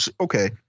okay